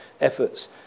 efforts